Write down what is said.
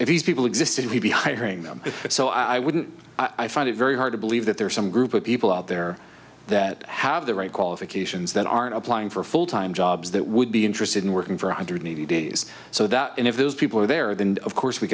if these people existed we'd be hiring them so i wouldn't i find it very hard to believe that there is some group of people out there that have the right qualifications that aren't applying for full time jobs that would be interested in working for one hundred eighty days so that if those people are there then of course we